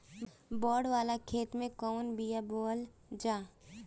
बाड़ वाले खेते मे कवन बिया बोआल जा?